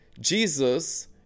Jesus